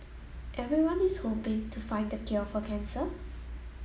everyone is hoping to find the cure for cancer